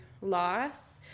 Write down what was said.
loss